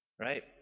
right